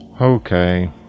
Okay